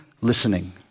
listening